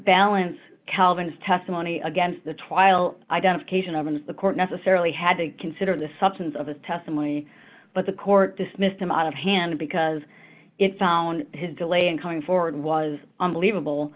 balance calvin's testimony against the trial identification of ins the court necessarily had to consider the substance of his testimony but the court dismissed him out of hand because it found his delay in coming forward was unbelievable